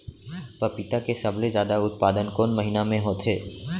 पपीता के सबले जादा उत्पादन कोन महीना में होथे?